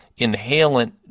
inhalant